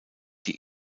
die